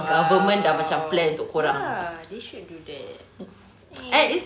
!wow! ya they should do that mm